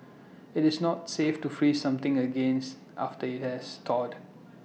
IT is not safe to freeze something again after IT has thawed